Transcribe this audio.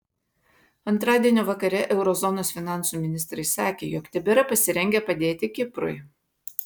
antradienio vakare euro zonos finansų ministrai sakė jog tebėra pasirengę padėti kiprui